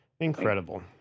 Incredible